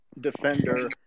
defender